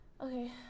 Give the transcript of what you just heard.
Okay